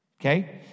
okay